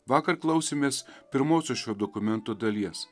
vakar klausėmės pirmosios šio dokumento dalies